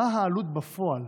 1. מה העלות בפועל